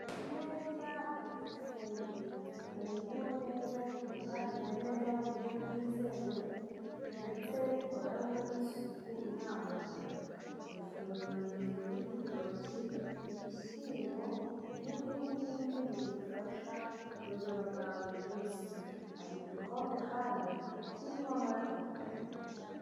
Imeza iriho ifunguro rifunguwe neza ritunganyijwe neza mu buryo bwizewe ndetse bukoranywe isuku ihambaye, ifunguro rigizwe n'itoki, ibishyimbo n'ibindi n'ibindi bidufasha mu buzima bwa buri munsi hari igikombe kandi kirimo amata.